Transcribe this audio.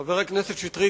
חבר הכנסת שטרית,